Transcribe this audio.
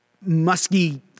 musky